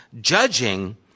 judging